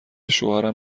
شوهرم